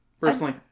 personally